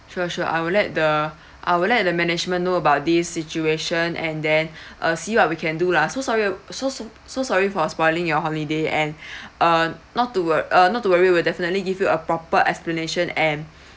sure sure I will let the I will let the management know about this situation and then uh see what we can do lah so sorry so so so sorry for spoiling your holiday and uh not to wor~ uh not to worry we'll definitely give you a proper explanation and